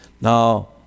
Now